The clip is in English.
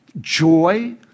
joy